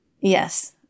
Yes